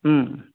ம்